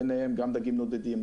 ביניהם גם דגים נודדים,